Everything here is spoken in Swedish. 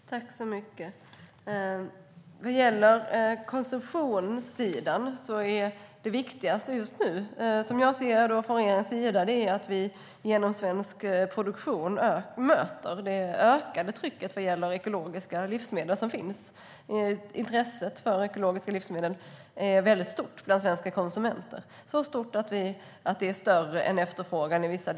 Herr talman! Vad gäller konsumtionen är det viktigaste just nu att vi genom svensk produktion möter det ökade trycket på ekologiska livsmedel. Intresset för ekologiska livsmedel är väldigt stort bland svenska konsumenter, så stort att det i vissa avseenden är större än efterfrågan.